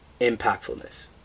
impactfulness